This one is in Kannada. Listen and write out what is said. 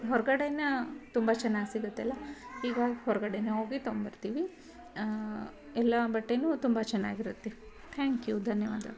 ಹೊರ್ಗಡೆನೇ ತುಂಬ ಚೆನ್ನಾಗಿ ಸಿಗುತ್ತೆಲ್ಲ ಈಗ ಹೊರ್ಗಡೆಯೇ ಹೋಗಿ ತೊಂಬರ್ತೀವಿ ಎಲ್ಲ ಬಟ್ಟೆನೂ ತುಂಬ ಚೆನ್ನಾಗಿರುತ್ತೆ ಥ್ಯಾಂಕ್ ಯು ಧನ್ಯವಾದ